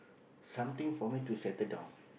something for me to settle down